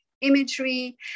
imagery